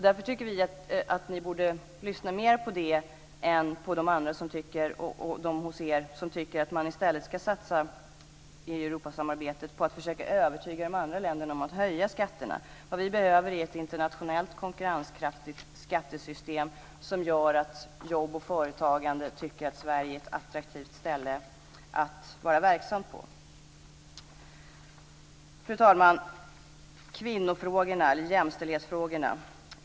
Därför tycker vi att ni borde lyssna mer på det än på de andra hos er som tycker att man i stället i Europasamarbetet ska satsa på att försöka övertyga de andra länderna om att höja skatterna. Vad vi behöver är ett internationellt konkurrenskraftigt skattesystem som gör att Sverige blir ett attraktivt ställe för jobb och företagande. Fru talman! Jag ska ta upp kvinnofrågorna eller jämställdhetsfrågorna.